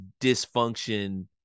dysfunction